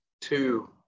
two